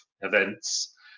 events